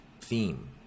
theme